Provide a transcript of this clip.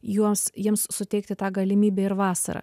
juos jiems suteikti tą galimybę ir vasarą